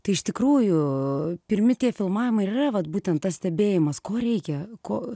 tai iš tikrųjų pirmi tie filmavimai ir yra vat būtent tas stebėjimas ko reikia ko